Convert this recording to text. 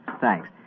Thanks